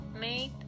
made